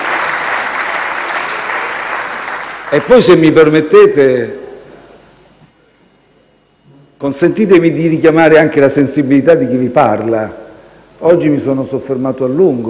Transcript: Poi, se mi permettete, consentitemi di richiamare anche la sensibilità di chi parla. Oggi mi sono soffermato a lungo